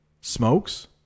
smokes